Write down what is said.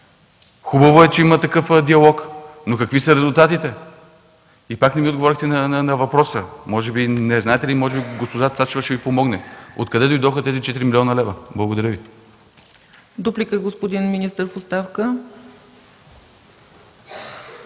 Хубаво е, че има такъв диалог, но какви са резултатите? И пак не ми отговорихте на въпроса – може би не знаете, или може би госпожа Цачева ще Ви помогне: откъде дойдоха тези 4 млн. лв.? Благодаря. ПРЕДСЕДАТЕЛ ЦЕЦКА ЦАЧЕВА: Дуплика – господин министър в оставка.